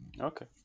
Okay